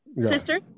sister